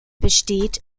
besteht